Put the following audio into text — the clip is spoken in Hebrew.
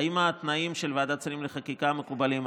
האם התנאים של ועדת שרים לחקיקה מקובלים עלייך?